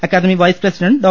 academy vice president Dr